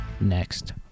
next